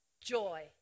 Joy